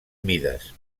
mides